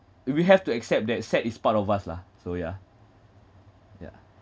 we have to accept that sad is part of us lah so yeah yeah